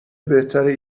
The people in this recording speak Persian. بهتره